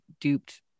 duped